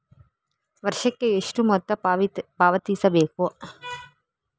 ವರ್ಷಕ್ಕೆ ಎಷ್ಟು ಮೊತ್ತ ಪಾವತಿಸಬೇಕು?